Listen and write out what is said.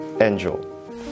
Angel